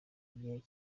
gihe